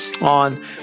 on